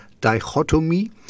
dichotomy